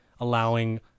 allowing